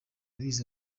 biza